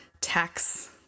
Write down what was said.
tax